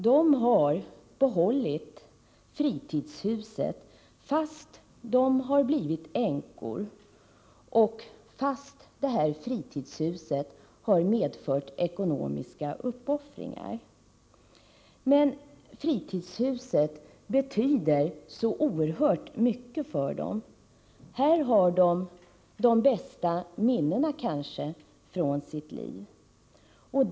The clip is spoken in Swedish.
De har behållit fritidshuset, trots att de blivit änkor och trots att fritidshuset medfört ekonomiska uppoffringar. Fritidshuset betyder så oerhört mycket för dessa kvinnor. Där har de kanske de bästa minnena från sin tillvaro.